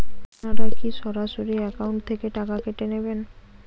আপনারা কী সরাসরি একাউন্ট থেকে টাকা কেটে নেবেন?